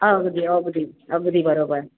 अगदी अगदी अगदी बरोबर